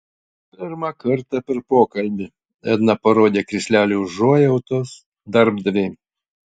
pirmą kartą per pokalbį edna parodė krislelį užuojautos darbdavei